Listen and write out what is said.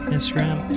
Instagram